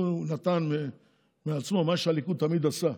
הוא נתן מעצמו, מה שהליכוד תמיד עשה,